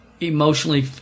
emotionally